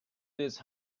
these